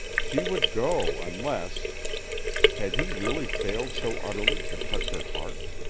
she would go unless had he really failed so utterly to touch her heart?